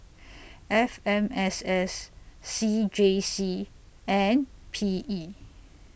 F M S S C J C and P E